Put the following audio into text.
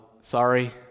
sorry